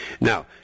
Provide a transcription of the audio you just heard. Now